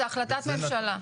זו החלטת ממשלה.